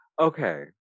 Okay